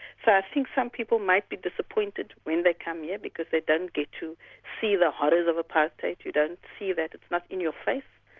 think some people might be disappointed when they come here, because they don't get to see the horrors of apartheid you don't see that, it's not in your face.